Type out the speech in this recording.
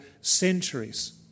centuries